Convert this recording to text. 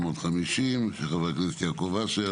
(כ/950), של חבר הכנסת יעקב אשר